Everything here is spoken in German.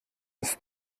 ist